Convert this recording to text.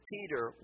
Peter